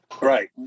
right